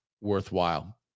worthwhile